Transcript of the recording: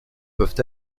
peuvent